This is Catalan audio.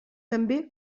també